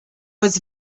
was